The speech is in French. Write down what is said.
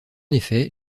effet